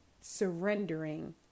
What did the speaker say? surrendering